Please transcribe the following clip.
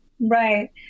Right